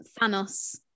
Thanos